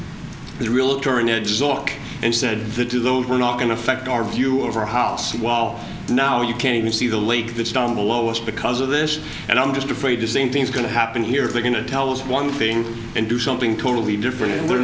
zork and said to do those we're not going to affect our view of your house well now you can you see the lake this down below us because of this and i'm just afraid the same thing's going to happen here they're going to tell us one thing and do something totally different and they're